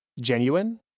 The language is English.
genuine